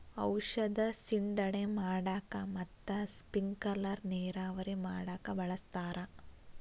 ಔಷದ ಸಿಂಡಣೆ ಮಾಡಾಕ ಮತ್ತ ಸ್ಪಿಂಕಲರ್ ನೇರಾವರಿ ಮಾಡಾಕ ಬಳಸ್ತಾರ